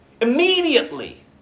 immediately